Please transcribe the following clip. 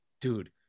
Dude